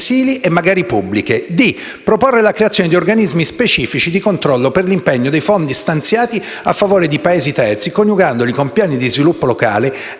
proporre la creazione di organismi specifici di controllo per l'impegno dei fondi stanziati a favore dei Paesi terzi, coniugandoli con piani di sviluppo locale,